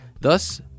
thus